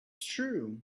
true